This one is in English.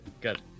good